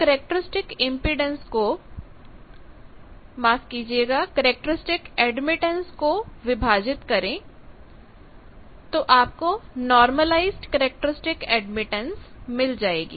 Yo 1Z0 आप characteristic impedance को माफ कीजिएगा कैरेक्टरिस्टिक एडमिटेंस को विभाजित करें तो आपको नार्मलाईज़ेड कैरेक्टरिस्टिक एडमिटेंस मिल जाएगी